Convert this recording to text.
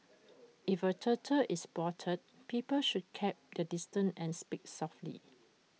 if A turtle is spotted people should keep their distance and speak softly